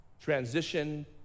transition